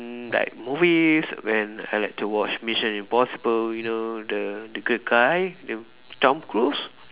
mm like movies when I like to watch mission impossible you know the the good guy the Tom Cruise